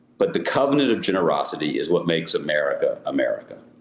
but the covenant of generosity is what makes america america.